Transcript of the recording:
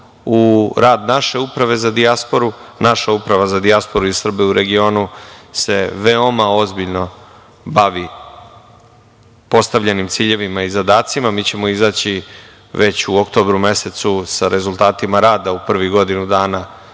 u rad naše uprave za dijasporu i naša uprava za dijasporu i Srbe u regionu, se veoma ozbiljno bavi postavljenim ciljevima i zadacima i mi ćemo izaći već u oktobru mesecu sa rezultatima rada u prvih godinu dana